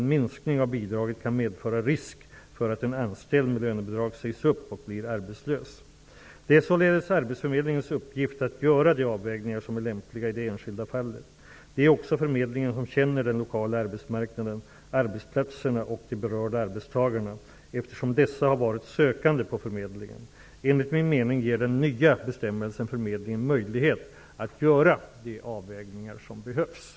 Gällande regler säger: ''Vid omprövning av beslut om lönebidrag som fattats före den 1 juli 1991 bör beaktas om en minskning av lönebidraget kan medföra en påtaglig risk för att den anställde inte får behålla anställningen.'' Jag vill understryka att risken för uppsägning i dag är påtaglig, vilket också exemplet från Östergötland bevisar.